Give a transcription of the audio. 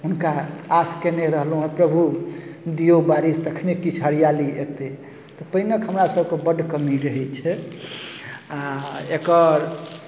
हुनका आश कयने रहलहुँ हे प्रभु दियौ बारिश तखने किछु हरियाली एतै तऽ पानिक हमरासभके बड्ड कमी रहै छै आ एकर